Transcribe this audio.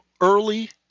early